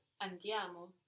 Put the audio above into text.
Andiamo